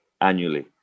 annually